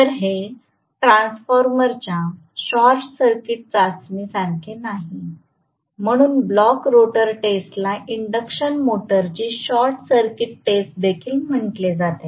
तर हे ट्रान्सफॉर्मरच्या शॉर्ट सर्किट चाचणीसारखेच नाही म्हणूनच ब्लॉक रोटर टेस्टला इंडक्शन मोटरची शॉर्ट सर्किट टेस्ट देखील म्हटले जाते